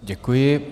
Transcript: Děkuji.